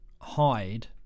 hide